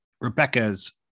Rebecca's